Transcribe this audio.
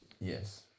Yes